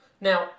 Now